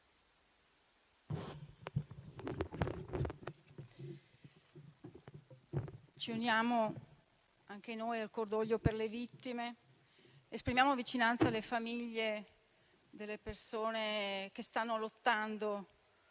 ci uniamo al cordoglio per le vittime ed esprimiamo vicinanza alle famiglie delle persone che stanno lottando